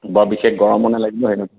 বৰ বিশেষ গৰমো নালাগিব